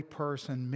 person